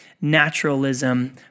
naturalism